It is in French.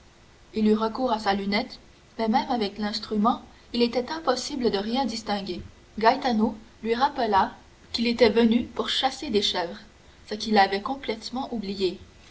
il eut recours à sa lunette mais même avec l'instrument il était impossible de rien distinguer gaetano lui rappela qu'il était venu pour chasser des chèvres ce qu'il avait complètement oublié